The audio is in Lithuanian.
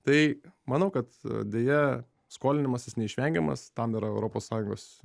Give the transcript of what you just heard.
tai manau kad deja skolinimasis neišvengiamas tam yra europos sąjungos